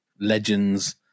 legends